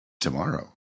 tomorrow